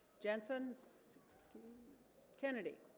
jetsons excuse kennedy